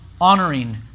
honoring